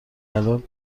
الان